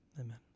Amen